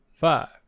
five